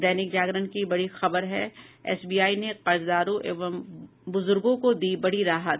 दैनिक जागरण की बड़ी खबर है एसबीआई ने कर्जदारों व बुजुर्गों को दी बड़ी राहत